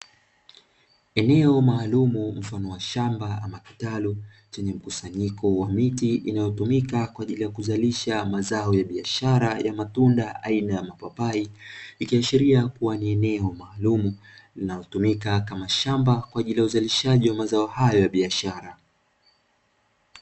Eneo maalumu mfano wa shamba ama kitalu chenye mkusanyiko wa miti inayotumika kwa ajili ya kuzalisha mazao ya biashara ya matunda aina ya mapapai ikiashiria kuwa ni eneo maalumu na hutumika kama shamba kwa ajili ya uzalishaji wa mazao hayo ya biashara.